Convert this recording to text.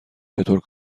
چطور